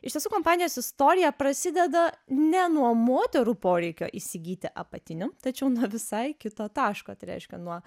iš tiesų kompanijos istorija prasideda ne nuo moterų poreikio įsigyti apatinių tačiau nuo visai kito taško tai reiškia nuo